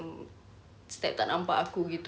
mm step tak nampak aku gitu